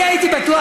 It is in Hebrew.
אני הייתי בטוח,